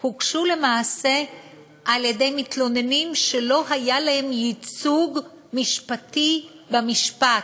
הוגשו למעשה על-ידי מתלוננים שלא היה להם ייצוג משפטי במשפט,